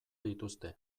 dituzte